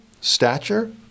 stature